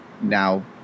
now